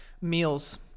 meals